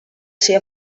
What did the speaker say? ser